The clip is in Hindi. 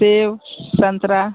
सेब संतरा